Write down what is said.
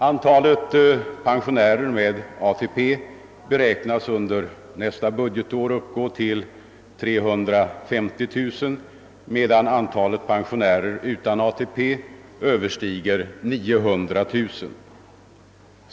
Antalet pensionärer med ATP beräknas under nästa budgetår uppgå till 350 000, medan antalet pensionärer utan ATP överstiger 900 000.